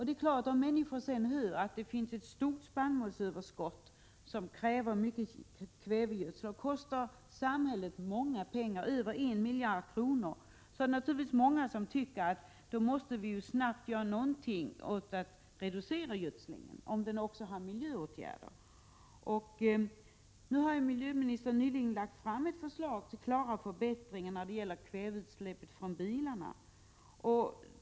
Det är klart att om människor sedan hör att det finns ett stort spannmålsöverskott som kräver mycket kvävegödsel, som kostar samhället många pengar, över 1 miljard kronor, är det många som tycker att vi snabbt måste göra någonting för att reducera gödslingen, om den också har miljöeffekter. Nyligen har miljöministern lagt fram ett förslag till klara förbättringar när det gäller kväveutsläpp från bilarna.